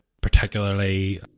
particularly